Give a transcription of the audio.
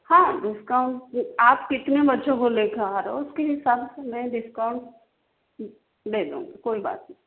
हाँ डिस्काउन्ट आप कितने बच्चों को लेकर आ रहे हो उसके हिसाब से मैं डिस्काउन्ट दे दूँगी कोई बात नहीं